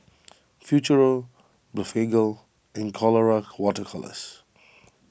Futuro Blephagel and Colora Water Colours